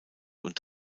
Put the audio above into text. und